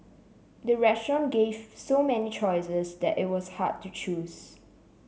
the restaurant gave so many choices that it was hard to choose